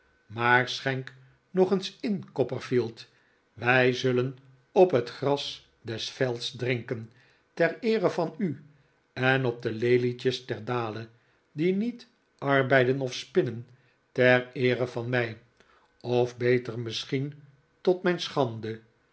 maar schenk nog eens in copperfield wij zullen op het gras des velds drinken ter eere van u en op de lelietjes der dalen die niet arbeiden of spinnen ter eere van mij of beter misschien tot mijn schande